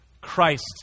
Christ